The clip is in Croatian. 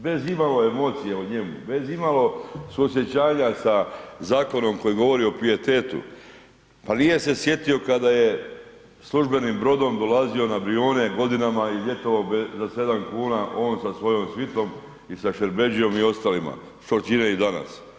Bez imalo emocija u njemu, bez imalo suosjećanja sa zakonom koji govori o pijetetu, pa nije se sjetio kada je službenim brodom dolazio na Brijune godinama i ljetovao za 7 kuna on sa svojom svitom i sa Šerbedžijom i ostalima što čine i danas.